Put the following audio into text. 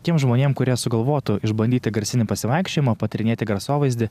tiem žmonėm kurie sugalvotų išbandyti garsinį pasivaikščiojimą patyrinėti garsovaizdį